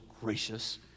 gracious